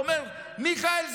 הוא אומר: מיכאל,